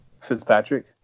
Fitzpatrick